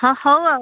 ହଁ ହଉ ଆଉ